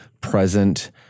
present